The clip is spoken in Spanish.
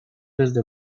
desde